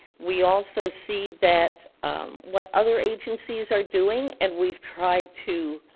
we also see that what other agencies are doing and we've tried to,